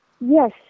Yes